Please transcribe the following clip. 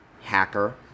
Hacker